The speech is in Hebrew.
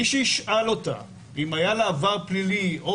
מי שישאל אותה אם היה לה עבר פלילי או